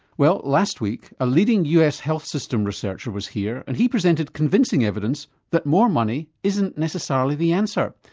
well last week a leading us health system researcher was here and he presented convincing evidence that more money isn't necessarily the answer.